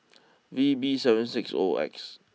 V B seven six O X